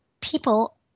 people